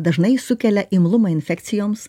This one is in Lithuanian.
dažnai sukelia imlumą infekcijoms